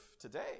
today